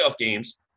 games